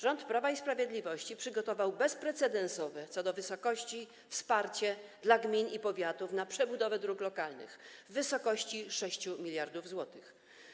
Rząd Prawa i Sprawiedliwości przygotował - bezprecedensowe co do wysokości - wsparcie dla gmin i powiatów na przebudowę dróg lokalnych w wysokości 6 mld zł.